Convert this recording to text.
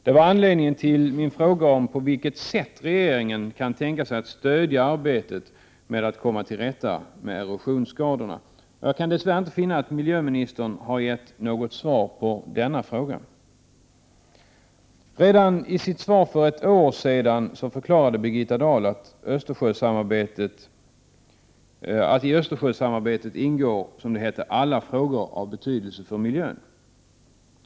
Det var anledningen till min fråga om på vilket sätt regeringen kan tänka sig att stödja arbetet med att komma till rätta med erosionsskadorna. Jag kan dess värre inte finna att miljöministern har gett något svar på denna fråga. Redan i sitt svar för ett år sedan så förklarade Birgitta Dahl, att i Östersjösamarbetet ingår ”alla frågor av betydelse för miljön”.